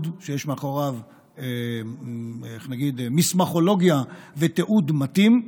שיש מאחוריו מסמכולוגיה ותיעוד מתאים.